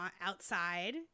outside